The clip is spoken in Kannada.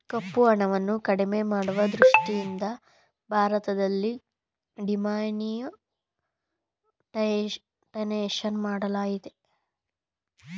ಕಪ್ಪುಹಣವನ್ನು ಕಡಿಮೆ ಮಾಡುವ ದೃಷ್ಟಿಯಿಂದ ಭಾರತದಲ್ಲಿ ಡಿಮಾನಿಟೈಸೇಷನ್ ಮಾಡಲಾಯಿತು